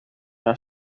una